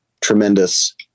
tremendous